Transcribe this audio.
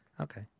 Okay